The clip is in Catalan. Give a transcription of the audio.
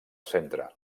centre